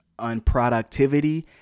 unproductivity